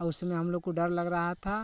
और उस समय हम लोग को डर लग रहा था